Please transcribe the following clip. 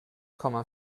komma